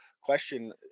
question